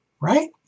right